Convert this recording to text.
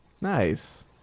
Nice